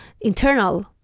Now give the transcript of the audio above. internal